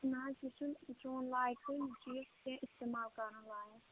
نہَ حظ یہِ چھُنہٕ چوٚن لایقٕے تہٕ نہَ چُھ یہِ اِستعمال کَرُن لایق